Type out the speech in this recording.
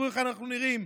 תראו איך אנחנו נראים.